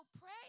pray